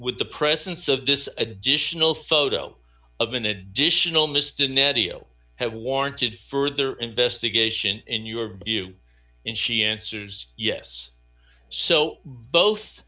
with the presence of this additional photo of an additional mr neddy zero have warranted further investigation in your view and she answers yes so both